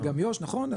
וגם יו"ש נכון,